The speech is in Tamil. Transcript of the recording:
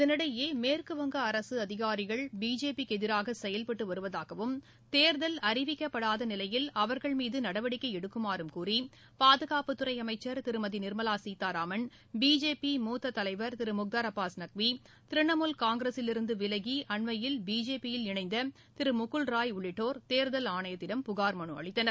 இதனிடையே மேற்குவங்க அரசு அதிகாரிகள் பிஜேபி க்கு எதிராக செயல்பட்டு வருவதாகவும் தேர்தல் அறிவிக்கப்படாத நிலையில் அவர்கள் மீது நடவடிக்கை எடுக்குமாறும் கூறி பாதுகாப்புத்துறை அமைச்சா் திருமதி நிா்மலா சீதாராமன் பிஜேபி மூத்த தலைவா் திரு முக்தாா் அபாஸ் நக்வி திரிணமூல் காங்கிரஸிலிருந்து அண்மயில் பிஜேபி யில் இணைந்த திரு முகுல்ராய் உள்ளிட்டோா் தேர்தல் ஆணையத்திடம் புகார் மனு அளித்துள்ளனர்